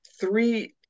three